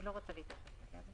הוא לא רוצה להתעסק בזה.